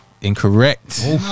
Incorrect